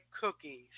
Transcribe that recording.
cookies